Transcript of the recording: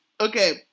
Okay